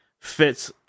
fits